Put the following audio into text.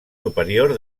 superior